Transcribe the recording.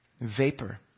Vapor